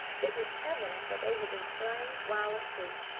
it was evident that they had been slain while asleep.